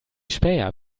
späher